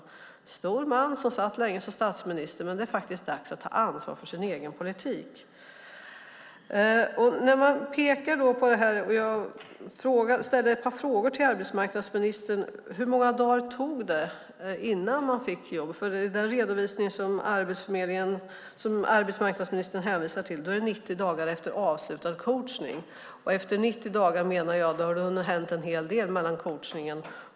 Han är en stor man som satt länge som statsminister, men det är faktiskt dags att ta ansvar för sin egen politik. Jag ställde ett par frågor till arbetsmarknadsministern. Hur många dagar tog det innan man fick jobb? I den redovisning som arbetsmarknadsministern hänvisar till står det 90 dagar efter avslutad coachning. Om det har gått 90 dagar har det ju hunnit hända en hel del sedan coachningen.